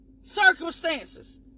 circumstances